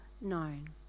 known